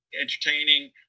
entertaining